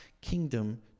kingdom